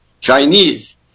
Chinese